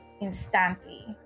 instantly